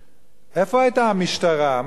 מה עם כל החקירות על הדברים האלה?